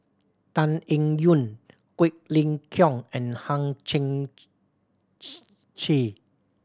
Tan Eng Yoon Quek Ling Kiong and Hang Chang Chieh